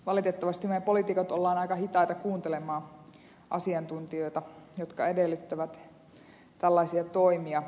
valitettavasti me poliitikot olemme aika hitaita kuuntelemaan asiantuntijoita jotka edellyttävät tällaisia toimia